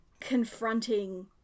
confronting